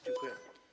Dziękuję.